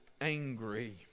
angry